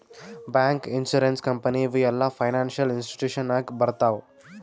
bank, insurance company ಇವು ಎಲ್ಲಾ financial institution ನಾಗೆ ಬರ್ತಾವ್